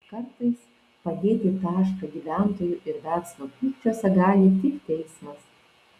kartais padėti tašką gyventojų ir verslo pykčiuose gali tik teismas